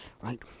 right